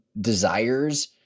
desires